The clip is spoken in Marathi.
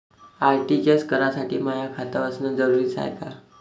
आर.टी.जी.एस करासाठी माय खात असनं जरुरीच हाय का?